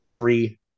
three